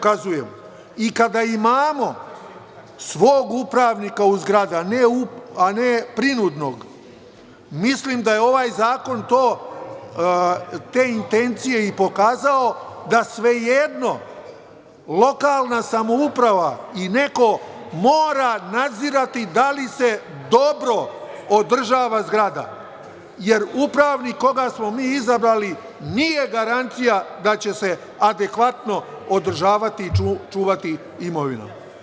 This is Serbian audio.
Kada imamo svog upravnika u zgradi, a ne prinudnog, mislim da je ovaj zakon te intencije i pokazao da svejedno lokalna samouprava i neko mora nadzirati da li se dobro održava zgrada, jer upravnik koga smo mi izabrali nije garancija da će se adekvatno održavati i čuvati imovina.